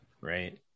right